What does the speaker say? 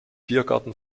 biergarten